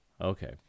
Okay